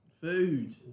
Food